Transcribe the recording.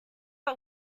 are